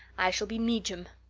i shall be mejum.